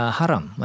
haram